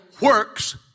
works